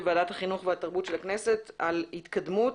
לוועדת החינוך והתרבות של הכנסת על התקדמות